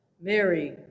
Mary